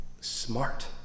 smart